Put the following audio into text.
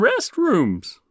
restrooms